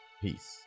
peace